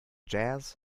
jazz